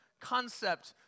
concept